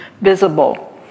visible